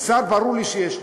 כי שר, ברור לי שיש לו.